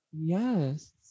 Yes